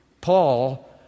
Paul